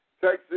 Texas